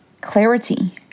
clarity